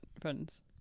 friends